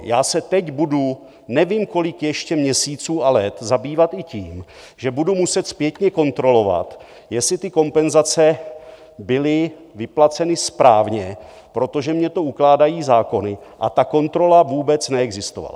Já se teď budu nevím kolik ještě měsíců a let zabývat i tím, že budu muset zpětně kontrolovat, jestli ty kompenzace byly vyplaceny správně, protože mně to ukládají zákony, a ta kontrola vůbec neexistovala.